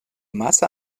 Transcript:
masse